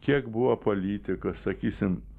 kiek buvo politikos sakysim